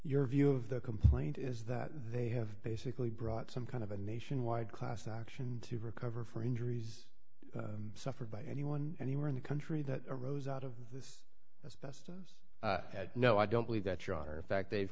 your view of the complaint is that they have basically brought some kind of a nationwide class action to recover from injuries suffered by anyone anywhere in the country that arose out of this yes no i don't believe that you are in fact they've